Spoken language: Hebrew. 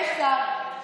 יש שר.